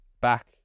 back